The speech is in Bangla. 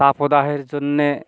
তাপদাহের জন্যে